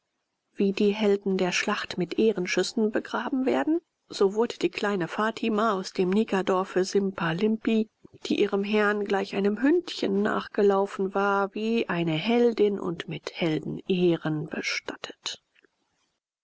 wie die helden der schlacht mit ehrenschüssen begraben werden so wurde die kleine fatima aus dem negerdorfe simbalimpi die ihrem herrn gleich einem hündchen nachgelaufen war wie eine heldin und mit heldenehren bestattet